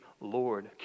lord